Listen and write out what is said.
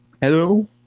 Hello